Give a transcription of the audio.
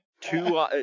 two